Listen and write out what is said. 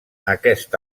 aquest